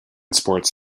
sports